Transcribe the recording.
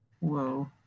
Whoa